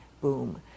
boom